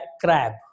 crab